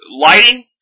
lighting